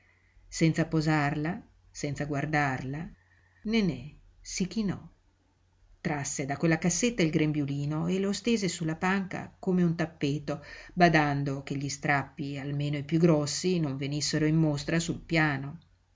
senza posarla senza guardarla nenè si chinò trasse da quella cassetta il grembiulino e lo stese su la panca come un tappeto badando che gli strappi almeno i piú grossi non venissero in mostra sul piano